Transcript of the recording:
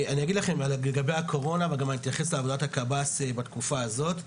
אני אגיד לכם לגבי הקורונה ואני גם אתייחס לעבודת הקבסי"ם בתקופה הזאת,